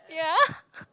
ya